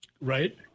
Right